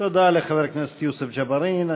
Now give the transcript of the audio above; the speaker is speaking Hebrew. תודה לחבר הכנסת יוסף ג'בארין.